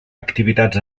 activitats